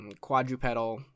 quadrupedal